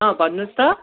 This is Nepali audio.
भन्नु होस् त